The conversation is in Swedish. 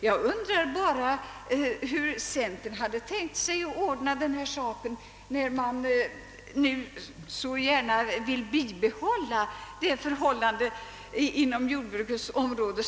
Jag undrar hur centerpartisterna tänkt sig att ordna detta, när de så gärna vill bibehålla nuvarande förhållanden inom jordbruket.